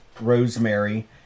Rosemary